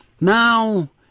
Now